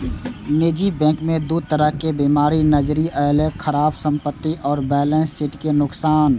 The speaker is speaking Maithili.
निजी बैंक मे दू तरह बीमारी नजरि अयलै, खराब संपत्ति आ बैलेंस शीट के नुकसान